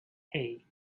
hey